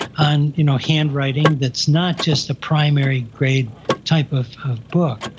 on you know, handwriting that's not just a primary grade type of of book.